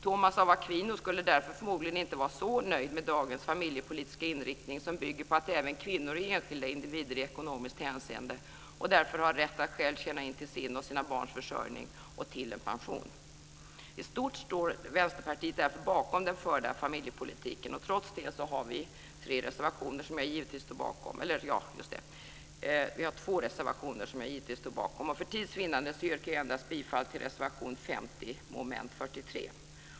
Thomas av Aquino skulle därför förmodligen inte vara så nöjd med dagens familjepolitiska inriktning, som bygger på att även kvinnor är enskilda individer i ekonomiskt hänseende och därför har rätt att själva tjäna in till sin och sina barns försörjning och till en pension. I stort står Vänsterpartiet därför bakom den förda familjepolitiken. Trots det har vi två reservationer som jag givetvis står bakom. För tids vinnande yrkar jag endast bifall till reservation 50 under mom. 43.